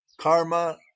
karma